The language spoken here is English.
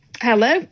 hello